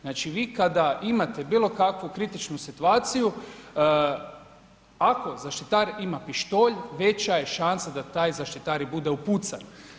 Znači vi kada imate bilo kakvu kritičnu situaciju, ako zaštitar ima pištolj, već je šansa da taj zaštitar i bude upucan.